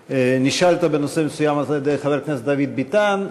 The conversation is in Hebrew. נשאלת בנושא מסוים על-ידי חבר הכנסת דוד ביטן.